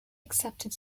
accepted